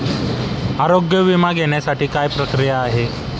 आरोग्य विमा घेण्यासाठी काय प्रक्रिया आहे?